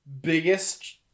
biggest